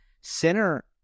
Sinner